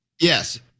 Yes